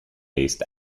based